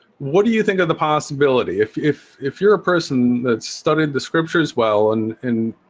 what do you think of the possibility if if if you're a person that studied the scriptures well and and